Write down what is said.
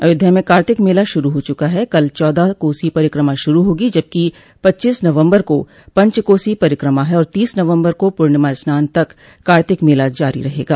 अयोध्या में कातिक मेला शुरू हो चुका है कल चौदह कोसी परिक्रमा शुरू होगी जबकि पच्चीस नवम्बर को पंचकोसी परिक्रमा है और तीस नवम्बर को पूर्णिमा स्नान तक कार्तिक मेला जारी रहेगा